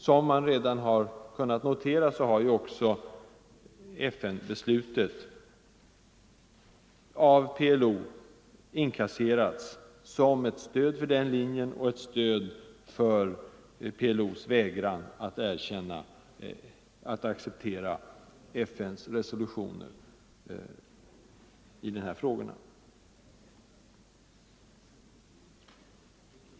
Som man redan har kunnat notera har också FN-beslutet av PLO inkasserats som ett stöd för den linjen och för PLO:s vägran att acceptera FN:s resolutioner.